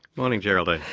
morning, geraldine.